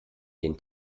den